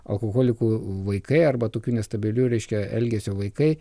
alkoholikų vaikai arba tokių nestabilių reiškia elgesio vaikai